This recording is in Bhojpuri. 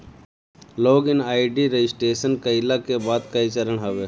लॉग इन आई.डी रजिटेशन कईला के बाद कअ चरण हवे